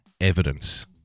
evidence